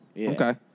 okay